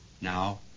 now